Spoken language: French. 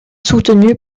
soutenue